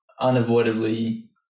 unavoidably